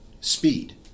speed